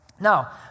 Now